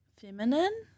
feminine